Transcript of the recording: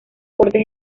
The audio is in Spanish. porte